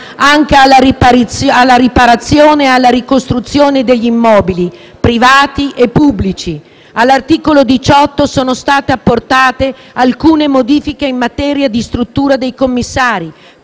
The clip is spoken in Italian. anche alla riparazione e alla ricostruzione degli immobili privati e pubblici. All'articolo 18 sono state apportate alcune modifiche in materia di struttura dei commissari,